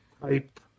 type